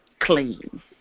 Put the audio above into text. clean